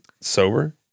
sober